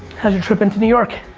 how's your trip into new york?